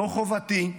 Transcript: זאת חובתי,